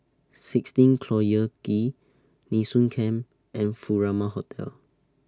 sixteen Collyer Quay Nee Soon Camp and Furama Hotel